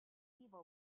evil